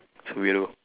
he is a weirdo